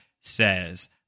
says